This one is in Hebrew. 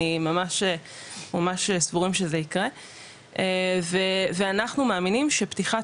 אנחנו ממש סבורים שזה יקרה ואנחנו מאמינים שפתיחת